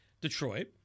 Detroit